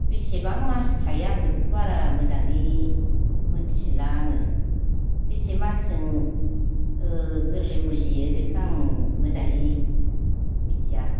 बेसेबां मास थायो आं बेखौ बारा मोजाङै मोन्थिला आङो बेसे मासजों ओ गोरलै उजियो बेखो आं मोजाङै मिथिया